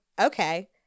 okay